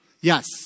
Yes